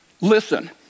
listen